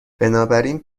بنابراین